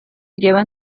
llevan